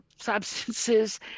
substances